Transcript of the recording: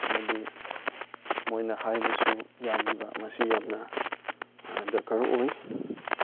ꯑꯃꯗꯤ ꯃꯣꯏꯅ ꯍꯥꯏꯕꯁꯨ ꯌꯥꯕꯤꯕ ꯃꯁꯤ ꯌꯥꯝꯅ ꯗꯔꯀꯥꯔ ꯑꯣꯏ